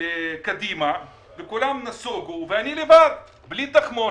קדימה וכולם נסוגו ואני לבד בלי תחמושת,